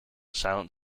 silent